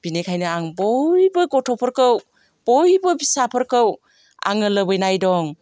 बिनिखायनो आं बयबो गथ'फोरखौ बयबो फिसाफोरखौ आङो लुबैनाय दं